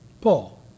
Paul